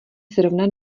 zrovna